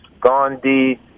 Gandhi